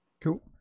Cool